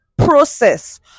process